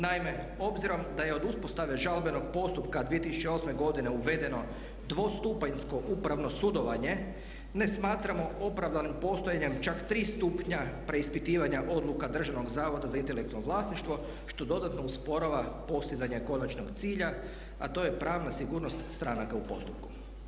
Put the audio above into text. Naime, obzirom da je od uspostave žalbenog postupka 2008. godine uvedeno dvostupanjsko upravno sudovanje ne smatramo opravdanim postojanje čak 3 stupnja preispitivanja odluka Državnog zavoda za intelektualno vlasništvo što dodatno usporava postizanje konačnog cilja, a to je pravna sigurnost stranaka u postupku.